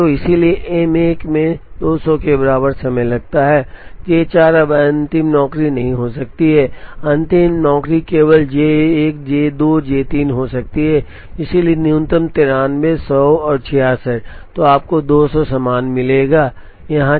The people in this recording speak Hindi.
इसलिए M 1 में 200 के बराबर समय लगता है J 4 अब अंतिम नौकरी नहीं हो सकती है अंतिम नौकरी केवल J 1 J 2 और J 3 हो सकती है इसलिए न्यूनतम 93 100 और 66 तो आपको 200 समान मिलेगा यहाँ 66